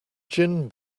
gin